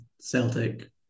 Celtic